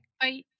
Bye